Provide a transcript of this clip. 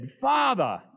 Father